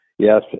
Yes